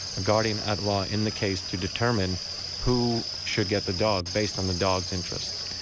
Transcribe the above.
a guardian at law, in the case to determine who should get the dog, based on the dog's interests.